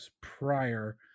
prior